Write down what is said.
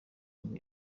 ngo